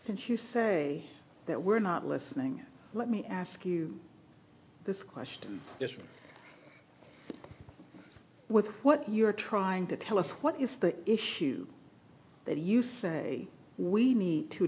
since you say that we're not listening let me ask you this question with what you're trying to tell us what is the issue that you say we need to